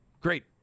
Great